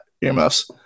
Earmuffs